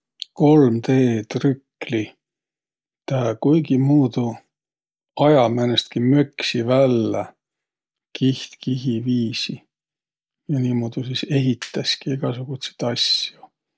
Kolm-D-trükli? Tä kuigimuudu aja määnestki möksi vällä kiht kihi viisi. Ja niimuudu sis ehitäski egäsugutsit asjo.